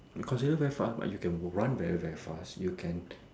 consider very fast but you can run very very fast you can